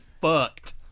fucked